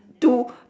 two